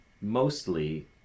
mostly